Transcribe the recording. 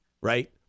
right